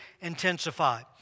intensify